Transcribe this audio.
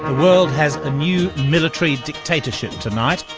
world has a new military dictatorship tonight.